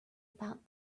about